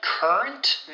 Current